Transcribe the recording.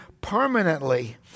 permanently